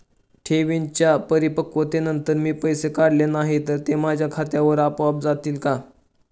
ठेवींच्या परिपक्वतेनंतर मी पैसे काढले नाही तर ते माझ्या खात्यावर आपोआप जातील का?